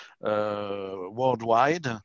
worldwide